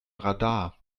radar